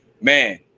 man